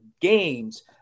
games